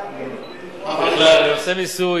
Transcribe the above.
נעשה ניסוי,